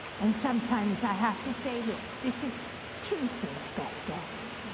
and sometimes i have to say, look, this is tuesday's best guess.